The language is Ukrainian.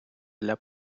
для